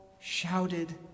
shouted